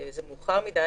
זה מאוחר מדי,